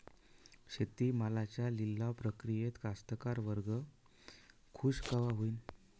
शेती मालाच्या लिलाव प्रक्रियेत कास्तकार वर्ग खूष कवा होईन?